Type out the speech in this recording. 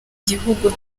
gihugu